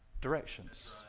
directions